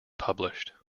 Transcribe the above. published